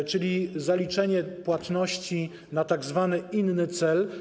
Chodzi o zaliczenie płatności na tzw. inny cel.